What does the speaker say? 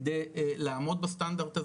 כדי לעמוד בסטנדרט הזה.